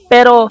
Pero